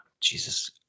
Jesus